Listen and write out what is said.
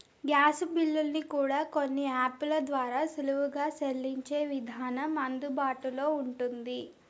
gas బిల్లుల్ని కూడా కొన్ని యాపుల ద్వారా సులువుగా సెల్లించే విధానం అందుబాటులో ఉంటుంది